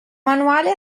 manuale